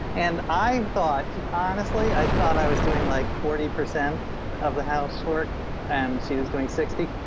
and i thought, honestly i thought i was doing like forty percent of the housework and she was doing sixty